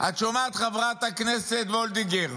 את שומעת, חברת הכנסת וולדיגר?